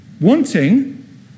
wanting